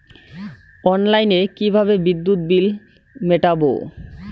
অনলাইনে কিভাবে বিদ্যুৎ বিল মেটাবো?